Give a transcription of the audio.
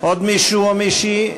עוד מישהו או מישהי?